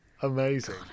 Amazing